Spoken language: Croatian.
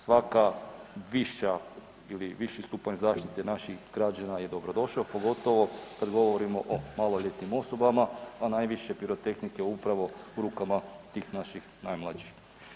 Svaka viša ili viši stupanj zaštite naših građana je dobrodošao, pogotovo kad govorimo o maloljetnim osobama, a najviše pirotehnike upravo u rukama tih naših najmlađih.